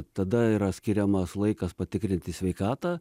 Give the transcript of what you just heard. tada yra skiriamas laikas patikrinti sveikatą